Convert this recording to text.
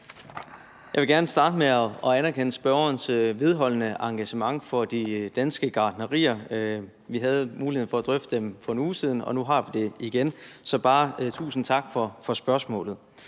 Jeg vil gerne starte med at anerkende spørgerens vedholdende engagement i de danske gartnerier. Vi havde muligheden for at drøfte dem for 1 uge siden, og nu har vi det igen – så bare tusind tak for spørgsmålet.